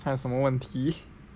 还有什么问题